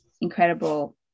incredible